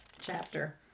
chapter